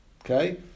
Okay